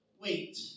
wait